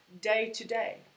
day-to-day